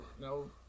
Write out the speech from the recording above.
no